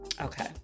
Okay